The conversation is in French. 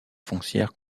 foncière